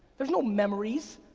there's no memories,